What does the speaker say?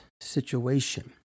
situation